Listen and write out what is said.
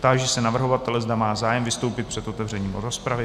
Táži se navrhovatele, zda má zájem vystoupit před otevřením rozpravy.